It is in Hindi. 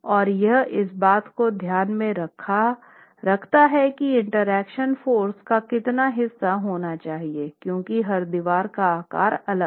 और यह इस बात को ध्यान में रखता है कि इंटरेक्शन फोर्स का कितना हिस्सा होना चाहिए क्योंकि हर दीवार का आकार अलग है